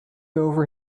over